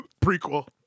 Prequel